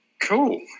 cool